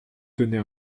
donner